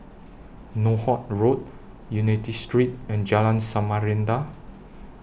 Northolt Road Unity Street and Jalan Samarinda